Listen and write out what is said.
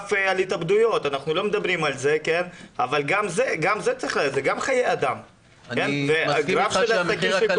דעתי פה, אני מביא את זה עם ההמלצות של מה שאני